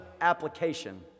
application